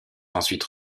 ensuite